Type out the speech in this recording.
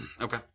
Okay